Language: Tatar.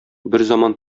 берзаман